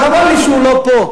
חבל לי שהוא לא פה,